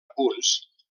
punts